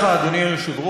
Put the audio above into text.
תודה לך, אדוני היושב-ראש.